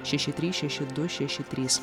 šeši trys šeši du šeši trys